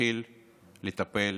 נתחיל לטפל